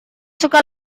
suka